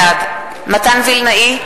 בעד מתן וילנאי,